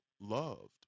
loved